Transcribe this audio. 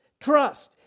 trust